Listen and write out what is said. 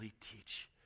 teach